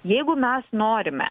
jeigu mes norime